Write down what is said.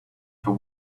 for